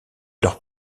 leur